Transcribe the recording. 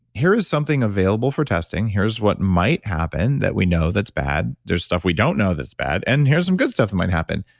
here is something available for testing, here's what might happen that we know that's bad, there's stuff we don't know that's bad and here's some good stuff that might happen.